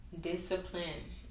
Discipline